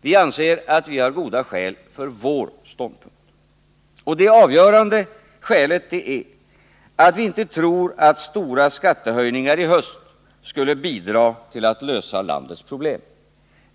Vi anser att vi har goda skäl för vår Nr U:6 ståndpunkt. Det avgörande skälet är att vi inte tror att stora skattehöjningar i höst skulle bidra till att lösa landets problem.